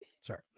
Sorry